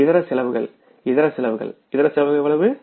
இதர செலவுகள் இதர செலவுகள் இதர செலவுகள் எவ்வளவு